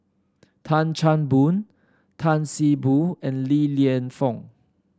Tan Chan Boon Tan See Boo and Li Lienfung